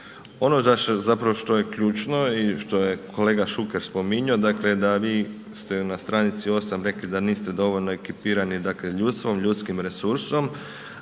Ono zapravo što je ključno i što je kolega Šuker spominjao, dakle da vi ste na stranici 8 rekli da niste dovoljno ekipirani dakle ljudstvom,